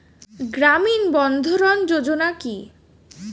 গ্রামীণ বন্ধরন যোজনা কি?